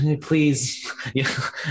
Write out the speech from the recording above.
please